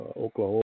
Oklahoma